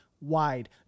wide